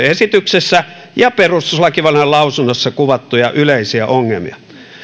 esityksessä ja perustuslakivaliokunnan lausunnossa kuvattuja yleisiä ongelmia